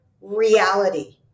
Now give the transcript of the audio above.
reality